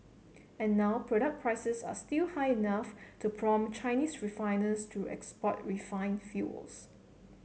and now product prices are still high enough to prompt Chinese refiners to export refine fuels